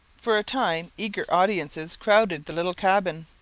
for a time eager audiences crowded the little cabin.